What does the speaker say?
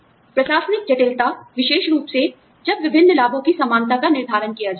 प्रशासनिक जटिलता विशेष रूप से जब विभिन्न लाभों की समानता का निर्धारण किया जाता है